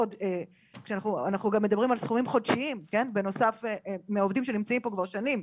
אנחנו מדברים גם על סכומים חודשיים בנוסף מעובדים שנמצאים כבר שנים,